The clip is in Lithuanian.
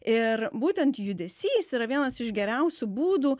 ir būtent judesys yra vienas iš geriausių būdų